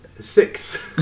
six